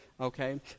Okay